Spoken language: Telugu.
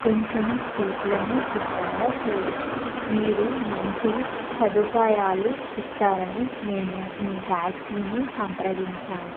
కొంచెం సీట్లను శుభ్రంగా చేయండి మీరు మంచి సదుపాయాలు ఇస్తారని నేను మీ ట్యాక్సీని సంప్రదించాను